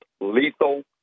lethal